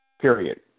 period